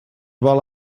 vol